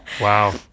Wow